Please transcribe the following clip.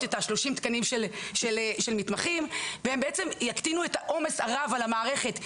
את ה-30 תקנים של מתמחים והם יקטינו את העומס הרב על המערכת,